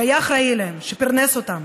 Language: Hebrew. שהיה אחראי להם, שפרנס אותם,